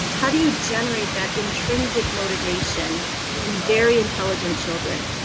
how do you generate that intrinsic motivation in very intelligent children,